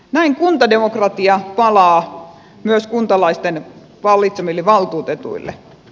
näin kuntademokratia palaa myös kuntalaisten valitsemille valtuutetuille